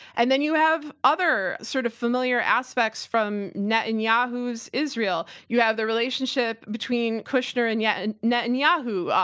and then you have other, sort of familiar aspects from netanyahu's israel. you have the relationship between kushner and yeah and netanyahu,